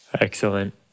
Excellent